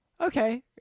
Okay